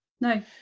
no